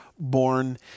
Born